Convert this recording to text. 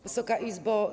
Wysoka Izbo!